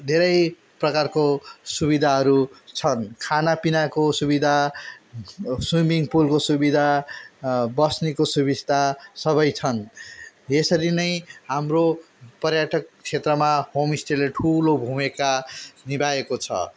धेरै प्रकारको सुविधाहरू छन् खानापिनाको सुविधा स्विमिङ पुलको सुविधा बस्नेको सुबिस्ता सबै छन् यसरी नै हाम्रो पर्यटक क्षेत्रमा होमस्टेले ठुलो भूमिका निभाएको छ